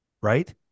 right